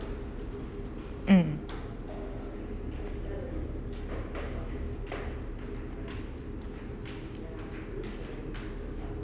mm